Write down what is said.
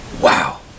Wow